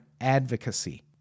advocacy